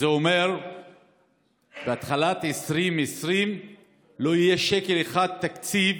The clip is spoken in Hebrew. זה אומר שבתחילת 2020 לא יהיה שקל אחד בתקציב